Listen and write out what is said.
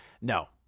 no